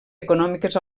econòmiques